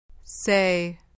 Say